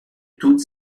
toute